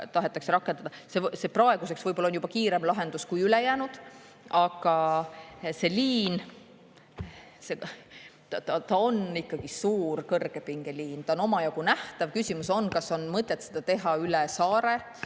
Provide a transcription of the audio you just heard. on praeguseks võib-olla juba kiirem lahendus kui ülejäänud. Aga see liin on suur kõrgepingeliin, ta on omajagu nähtav. Küsimus on, kas on mõtet seda teha üle saare